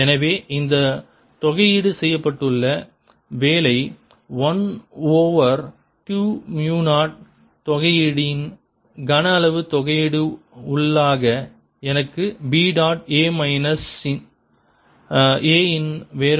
எனவே இந்த தொகையீடு செய்யப்பட்டுள்ள வேலை 1 ஓவர் 2 மு 0 தொகையீடு இன் கன அளவு தொகையீடு உள்ளாக எனக்கு B dot A minus A இன் வேறுபாடு கிராஸ் B கிடைக்கும்